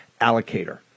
allocator